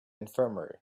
infirmary